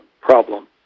problem